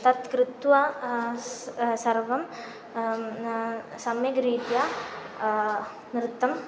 तत् कृत्वा स् सर्वं सम्यग्रीत्या नृत्यम्